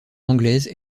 anglaise